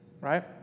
right